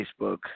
Facebook